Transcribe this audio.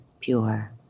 pure